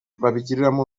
babigiramo